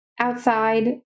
outside